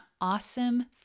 awesome